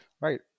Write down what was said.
right